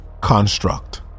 construct